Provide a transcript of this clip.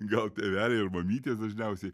gal tėveliai ar mamytės dažniausiai